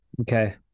Okay